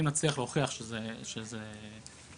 אם נצליח להוכיח שזה מקדים,